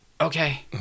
okay